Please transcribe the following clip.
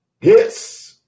Yes